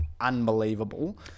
unbelievable